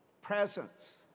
presence